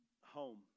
home